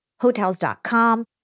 Hotels.com